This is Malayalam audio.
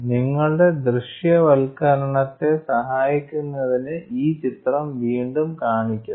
നിങ്ങളുടെ ദൃശ്യവൽക്കരണത്തെ സഹായിക്കുന്നതിന് ഈ ചിത്രം വീണ്ടും കാണിക്കുന്നു